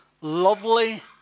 lovely